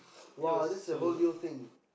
!wow! this is a whole new thing